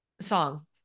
song